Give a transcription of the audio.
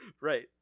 right